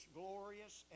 glorious